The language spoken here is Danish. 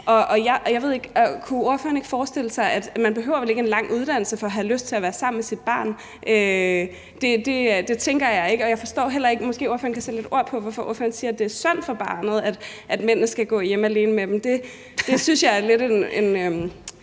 en håndsrækning. Kunne ordføreren ikke forestille sig, at man vel ikke behøver en lang uddannelse for at have lyst til at være sammen med sit barn? Det tænker jeg ikke. Jeg forstår heller ikke, og måske kan ordføreren sætte lidt ord på det, hvorfor ordføreren siger, at det er synd for barnet, at manden skal gå alene hjemme med det. Det synes jeg lidt er